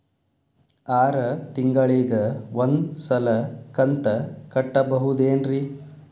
ಆರ ತಿಂಗಳಿಗ ಒಂದ್ ಸಲ ಕಂತ ಕಟ್ಟಬಹುದೇನ್ರಿ?